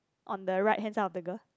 on the right hand side of the girl